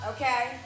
okay